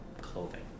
clothing